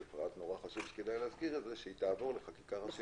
וזה פרט שנורא חשוב להזכיר את זה שהיא תעבור לחקיקה ראשית.